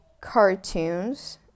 cartoons